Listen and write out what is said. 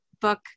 book